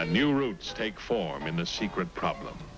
a new routes take form in a secret problem